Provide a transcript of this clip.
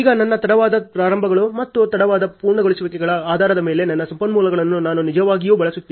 ಈಗ ನನ್ನ ತಡವಾದ ಪ್ರಾರಂಭಗಳು ಮತ್ತು ತಡವಾದ ಪೂರ್ಣಗೊಳಿಸುವಿಕೆಗಳ ಆಧಾರದ ಮೇಲೆ ನನ್ನ ಸಂಪನ್ಮೂಲಗಳನ್ನು ನಾನು ನಿಜವಾಗಿಯೂ ಬಳಸುತ್ತಿದ್ದೇನೆ